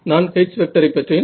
நான் H வெக்டரை பெற்றேன்